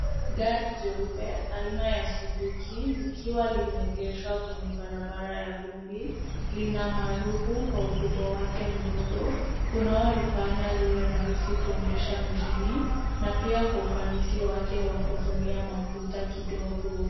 Gari jeupe aina ya Suzuki likiwa limegeshwa kwenye barabara ya vumbi. Lina maarufu kwa ukubwa wake mdogo, unaolifanya liwe rahisi kuendesha mjini na pia kwa ufanisi wake wa kutumia mafuta kidogo.